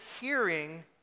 hearing